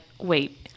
wait